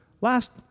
last